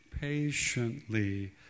patiently